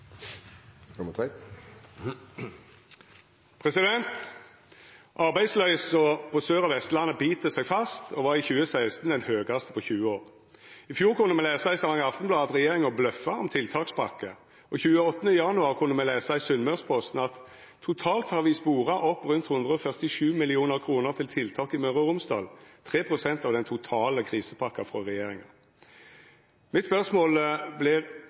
på Sør- og Vestlandet bit seg fast og var i 2016 den høgaste på 20 år. I fjor kunne me lesa i Stavanger Aftenblad at regjeringa bløffa om tiltakspakke, og 28. januar kunne me lesa i Sunnmørsposten at 'Totalt har vi spora opp rundt 147 millioner kroner til tiltak i Møre og Romsdal - tre prosent av den totale krisepakka fra regjeringa'.